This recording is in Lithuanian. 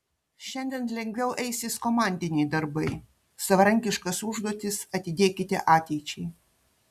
šiandien lengviau eisis komandiniai darbai savarankiškas užduotis atidėkite ateičiai